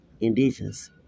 indigenous